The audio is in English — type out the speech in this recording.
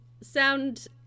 sound